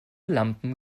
lampen